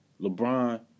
LeBron